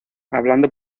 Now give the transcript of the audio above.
hablando